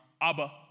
Abba